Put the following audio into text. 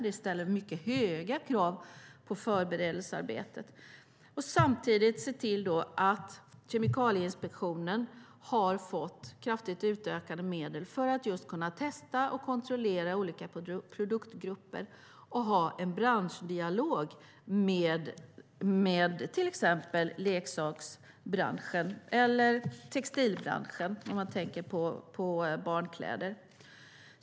Det ställer mycket höga krav på förberedelsearbetet. Samtidigt försöker vi se till att Kemikalieinspektionen får kraftigt utökade medel för att just kunna testa och kontrollera olika produktgrupper och ha en branschdialog med till exempel leksaksbranschen eller textilbranschen - om man tänker på barnkläder.